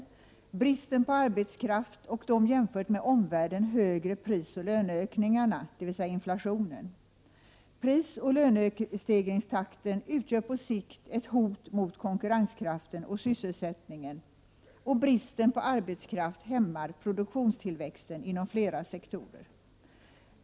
Det råder brist på arbetskraft, och prisoch löneökningarna är högre än i omvärlden — dvs. inflation. Prisoch lönestegringstakten utgör på sikt ett hot mot konkurrenskraften och sysselsättningen, och bristen på arbetskraft hämmar produktionstillväxten inom flera sektorer.